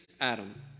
Adam